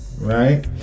Right